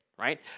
right